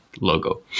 logo